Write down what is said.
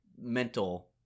mental